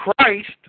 Christ